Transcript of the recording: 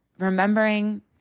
remembering